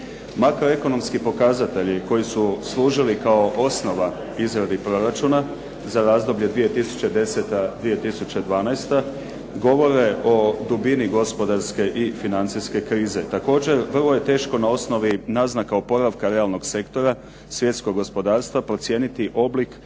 Makroekonomski pokazatelji koji su služili kao osnova izradi proračuna za razdoblje 2010.-2012. govore o dubini gospodarske i financijske krize. Također, vrlo je teško na osnovi naznaka oporavka realnog sektora svjetskog gospodarstva procijeniti oblik